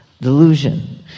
delusion